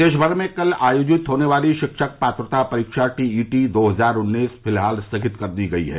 प्रदेश भर में कल आयोजित होने वाली शिक्षक पात्रता परीक्षा टी ई टी दो हजार उन्नीस फिलहाल स्थगित कर दी गयी है